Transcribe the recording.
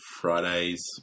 Fridays